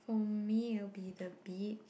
for me will be the beach